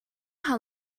how